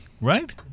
Right